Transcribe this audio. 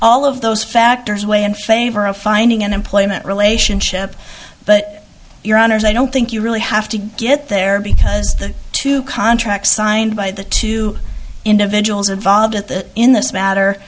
all of those factors weigh in favor of finding an employment relationship but your honour's i don't think you really have to get there because the two contracts signed by the two individuals involved at the in this matter